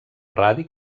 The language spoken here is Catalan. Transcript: radi